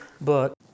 book